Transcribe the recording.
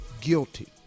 guilty